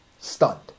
stunned